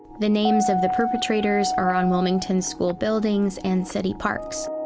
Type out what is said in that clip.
the names of the perpetrators are on wilmington's school buildings and city parks.